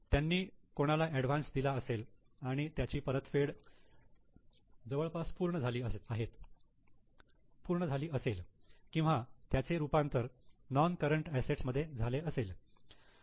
त्यांनी कोणाला ऍडव्हान्स दिला असेल आणि त्याची परतफेड जवळपास पूर्ण झाली असेल किंवा त्याचे रूपांतर नॉन करंट असेट्स मध्ये झाले असेल